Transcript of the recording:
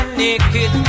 naked